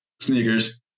sneakers